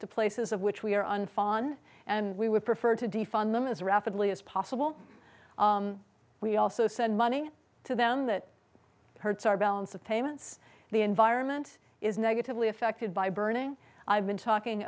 to places of which we are unfun and we would prefer to defund them as rapidly as possible we also send money to them that hurts our balance of payments the environment is negatively affected by burning i've been talking